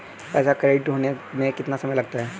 पैसा क्रेडिट होने में कितना समय लगता है?